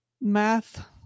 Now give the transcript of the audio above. math